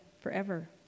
forever